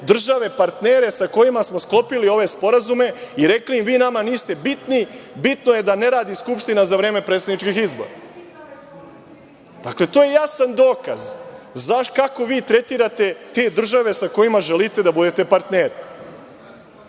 države partnere sa kojima smo sklopili ove sporazume, i rekli im - vi nama niste bitni, bitno je da ne radi Skupština za vreme predsedničkih izbora. Dakle, to je jasan dokaz kako vi tretirate te države sa kojima želite da budete partneri. Dakle,